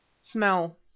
smell